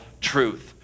truth